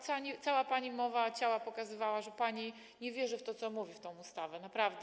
Cała pani mowa ciała pokazywała, że pani nie wierzy w to, co mówi, w tę ustawę, naprawdę.